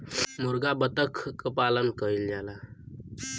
मुरगा बत्तख क पालन कइल जाला